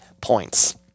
Points